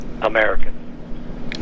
American